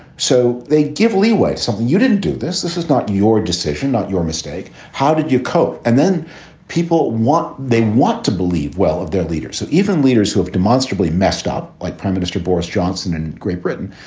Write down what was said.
so they give leeway. something you didn't do this. this is not your decision, not your mistake. how did you cope? and then people what they want to believe. well, of their leaders. so even leaders who have demonstrably messed up, like prime minister boris johnson and great britain,